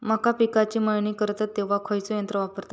मका पिकाची मळणी करतत तेव्हा खैयचो यंत्र वापरतत?